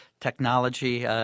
technology